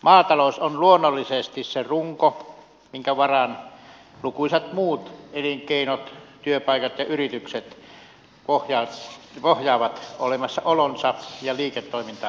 maatalous on luonnollisesti se runko minkä varaan lukuisat muut elinkeinot työpaikat ja yritykset pohjaavat olemassaolonsa ja liiketoimintamahdollisuutensa